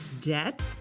debt